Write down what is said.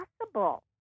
possible